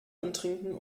antrinken